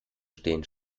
stehen